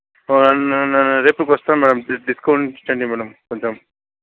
రేపటికి వస్తాను మేడం డి డిస్కౌంట్ ఇప్పించండి మేడం కొంచం